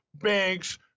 banks